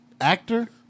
Actor